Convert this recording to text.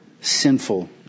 Sinful